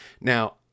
Now